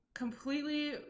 completely